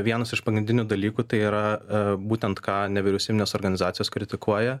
vienas iš pagrindinių dalykų tai yra a būtent ką nevyriausybinės organizacijos kritikuoja